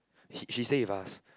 he she stay with us